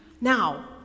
Now